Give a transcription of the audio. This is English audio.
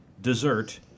dessert